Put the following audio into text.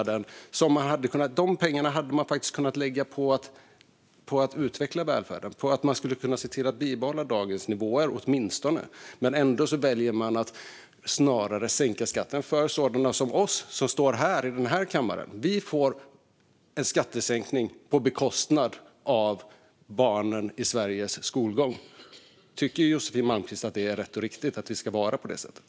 De pengarna hade man faktiskt kunnat lägga på att utveckla välfärden. Man hade kunnat se till att åtminstone bibehålla dagens nivåer. Men man väljer att sänka skatten för sådana som oss, som står här i denna kammare. Vi får en skattesänkning på bekostnad av barnens skolgång i Sverige. Tycker Josefin Malmqvist att det är rätt och riktigt att det ska vara på det sättet?